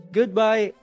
Goodbye